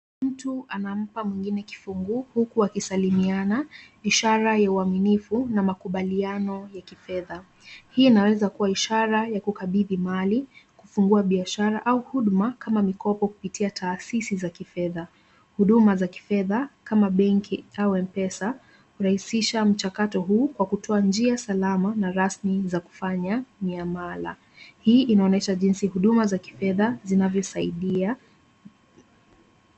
Mtu anampa mwingine kifunguo huku wakisalimiana ishara ya uaminifu na makubaliano ya kifedha. Hii inaweza kuwa ishara ya kukabidhi mali, kufungua biashara au huduma kama mikopo kupitia taasisi za kifedha, huduma za kifedha kama benki au mpesa hurahisisha mchakato huu kwa kutoa njia salama na rasmi za kufanya miamala. Hili inaonyesha jinsi huduma za kifedha zinavyosaidia.